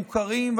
הדברים מוכרים,